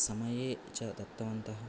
समये च दत्तवन्तः